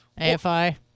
AFI